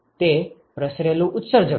તે પ્રસરેલું ઉત્સર્જક છે